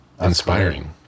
inspiring